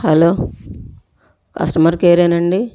hello customer care ఏనా అండీ